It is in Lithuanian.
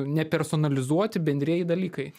nepersonalizuoti bendrieji dalykai